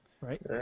right